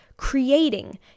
Creating